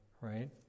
right